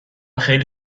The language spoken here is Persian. خیلی